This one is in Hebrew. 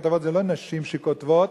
זה לא נשים שכותבות,